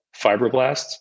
fibroblasts